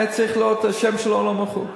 היה צריך להיות השם שלו לא מחוק,